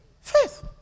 Faith